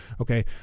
Okay